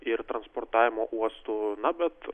ir transportavimo uostu na bet